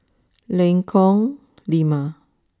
Lengkong Lima